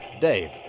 Dave